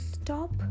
stop